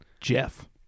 Jeff